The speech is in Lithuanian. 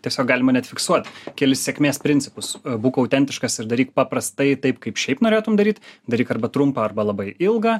tiesiog galima net fiksuot kelis sėkmės principus būk autentiškas ir daryk paprastai taip kaip šiaip norėtum daryti daryk arba trumpą arba labai ilgą